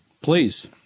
please